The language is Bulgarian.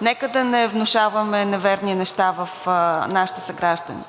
нека да не внушаваме неверни неща в нашите съграждани.